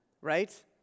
Right